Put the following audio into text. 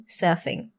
surfing